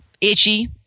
itchy